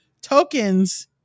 Tokens